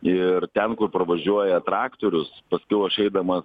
ir ten kur pravažiuoja traktorius paskiau aš eidamas